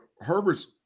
Herbert's